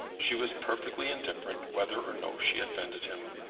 she was perfectly indifferent whether or no she offended him.